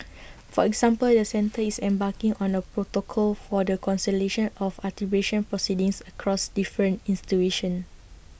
for example the centre is embarking on A protocol for the consolation of arbitration proceedings across different ins tuition